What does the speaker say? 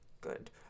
Good